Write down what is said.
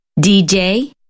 DJ